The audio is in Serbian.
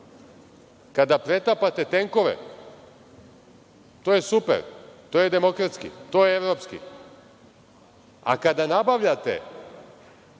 preklapate tenkove, to je super, to je demokratski, to je evropski, a kada nabavljate,